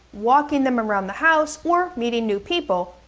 walking them around the house or meeting new people,